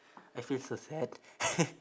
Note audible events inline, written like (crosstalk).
I feel so sad (laughs)